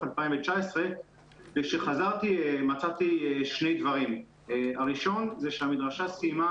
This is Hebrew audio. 2019. כשחזרתי מצאתי שני דברים: הראשון הוא שהמדרשה סיימה